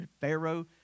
Pharaoh